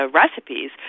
recipes